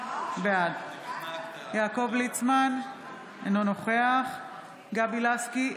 בעד יעקב ליצמן, אינו נוכח גבי לסקי,